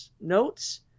notes